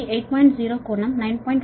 0 కోణం 9